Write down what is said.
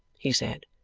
he said